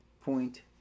Point